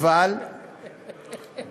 אבל יש מגבלה.